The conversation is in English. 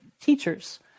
teachers